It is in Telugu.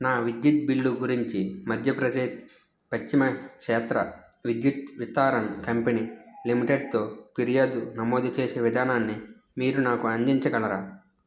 నా విద్యుత్ బిల్లు గురించి మధ్యప్రదేశ్ పశ్చిమ క్షేత్ర విద్యుత్ వితారన్ కంపెనీ లిమిటెడ్తో ఫిర్యాదు నమోదు చేసే విధానాన్ని మీరు నాకు అందించగలరా